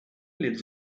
lives